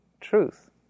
truth